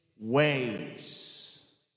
ways